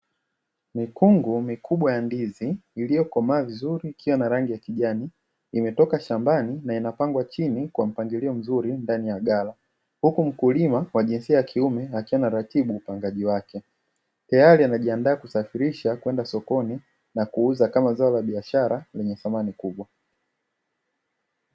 Mikungu mikubwa ya ndizi, iliyokomaa vizuri ikiwa na rangi ya kijani, imetoka shambani na inapangwa chini kwa mpangilio mzuri ndani ya ghala, huku mkulima wa jinsia ya kiume akiwa ana ratibu upangaji wake tayari amejiandaa kusafirisha kwenda sokoni na kuuza kama zao za biashara mwenye thamani kubwa.